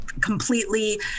completely